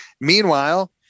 Meanwhile